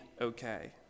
okay